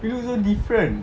look so different